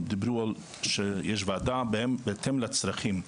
הם דיברו על כך שיש וועדה בהתאם לצרכים.